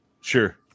Sure